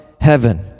heaven